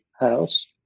house